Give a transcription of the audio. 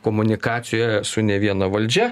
komunikacijoje su ne viena valdžia